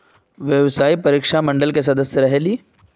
व्यावसायिक परीक्षा मंडल के सदस्य रहे ली?